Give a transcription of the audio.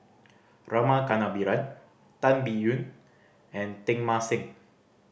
Rama Kannabiran Tan Biyun and Teng Mah Seng